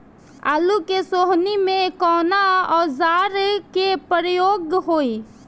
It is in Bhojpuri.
आलू के सोहनी में कवना औजार के प्रयोग होई?